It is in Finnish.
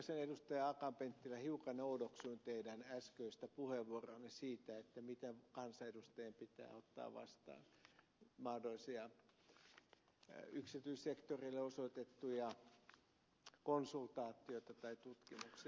akaan penttilä hiukan oudoksuin teidän äskeistä puheenvuoroanne siitä mitä kansanedustajan pitää ottaa vastaan mahdollisia yksityissektorille osoitettuja konsultaatioita tai tutkimuksia